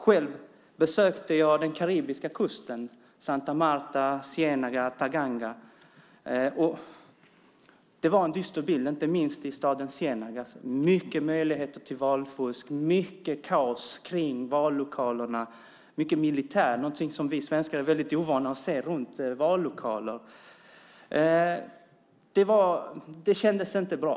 Själv besökte jag den karibiska kusten - Santa Marta, Ciénaga, Taganga. Det var en dyster bild, inte minst i staden Ciénaga, med stora möjligheter till valfusk, stort kaos kring vallokalerna och många militärer, något som vi svenskar inte är vana att se runt vallokaler. Det kändes inte bra.